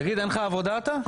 תגיד, אין לך עבודה אתה?